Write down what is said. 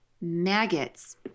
maggots